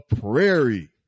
prairie